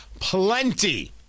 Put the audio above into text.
plenty